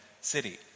city